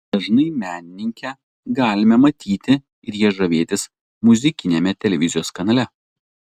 dažnai menininkę galime matyti ir ja žavėtis muzikiniame televizijos kanale